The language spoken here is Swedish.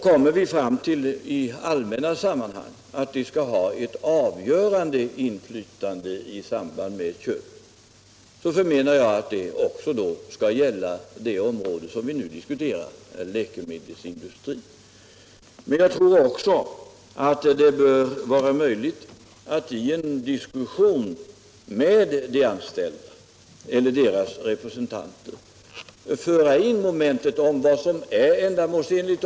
Kommer vi i allmänna sammanhang fram till att de anställda skall ha ett avgörande inflytande i samband med ett köp skall det också gälla det område som vi nu diskuterar, läkemedelsindustrin. Men jag tror också att det bör vara möjligt att i en diskussion med de anställda eller deras representanter föra in momentet om vad som är ändamålsenligt.